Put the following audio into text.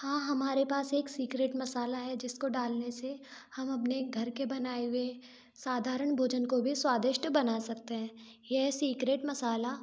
हाँ हमारे पास एक सीक्रेट मसाला है जिसको डालने से हम अपने घर के बनाए हुए साधारण भोजन को भी स्वादिष्ट बना सकते हैं यह सीक्रेट मसाला